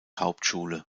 hauptschule